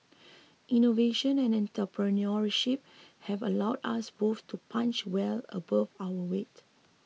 innovation and entrepreneurship have allowed us both to punch well above our weight